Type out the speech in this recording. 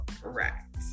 Correct